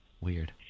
Weird